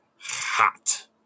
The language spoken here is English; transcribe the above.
hot